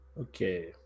Okay